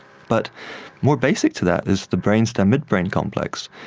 but more basic to that is the brainstem-midbrain complex.